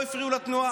לא הפריעו לתנועה,